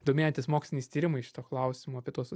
domėjotės moksliniais tyrimais šituo klausimu apie tuos